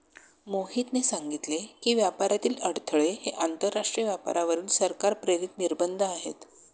मोहितने सांगितले की, व्यापारातील अडथळे हे आंतरराष्ट्रीय व्यापारावरील सरकार प्रेरित निर्बंध आहेत